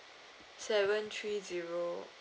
seven three zero